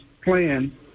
plan